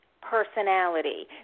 personality